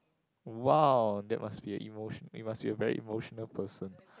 !wow! that must be a emotional you must be a very emotional person